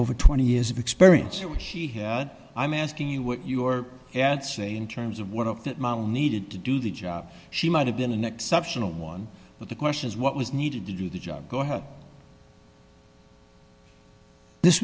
over twenty years of experience which she had i'm asking you what your dad say in terms of what of that model needed to do the job she might have been an exceptional one but the question is what was needed to do the job go ahead this